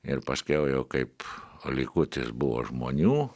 ir paskiau jau kaip o likutis buvo žmonių